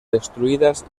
destruidas